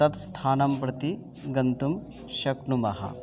तत् स्थानं प्रति गन्तुं शक्नुमः